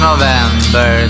November